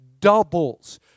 Doubles